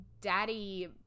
daddy